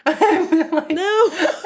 No